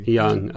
young